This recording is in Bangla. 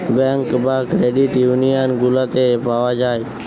ব্যাঙ্ক বা ক্রেডিট ইউনিয়ান গুলাতে পাওয়া যায়